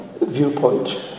viewpoint